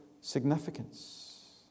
significance